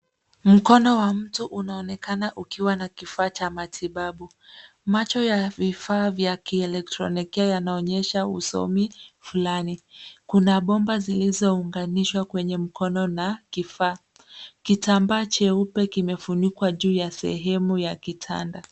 Mkono wa mtu unaonekana ukiwa na kifaa cha matibabu. Macho ya vifaa vya kielektronikia yanaonyesha usomi fulani. Kuna bomba zilizounganishwa kwenye mkono na kifaa. Kitambaa cheupe kimefunikwa juu ya sehemu ya kitanda.